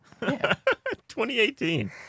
2018